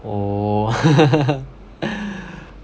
oh